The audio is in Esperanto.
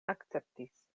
akceptis